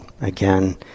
Again